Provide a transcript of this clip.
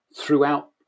throughout